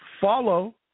Follow